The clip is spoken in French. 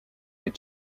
les